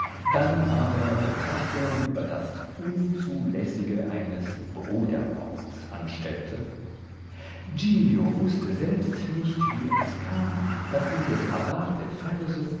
dann aber betrachtungen über das unzulässige eines brudermords anstellte giglio wußte selbst nicht wie es kam daß ihm des abbate verse